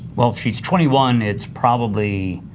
well, if she's twenty one, it's probably